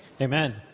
Amen